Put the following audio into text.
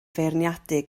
feirniadu